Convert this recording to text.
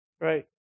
Right